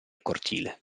cortile